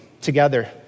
together